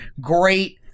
great